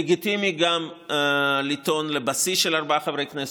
לגיטימי גם לטעון לבסיס של ארבעה חברי כנסת,